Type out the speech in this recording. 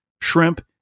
shrimp